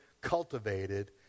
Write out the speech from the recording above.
cultivated